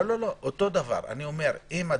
אם הם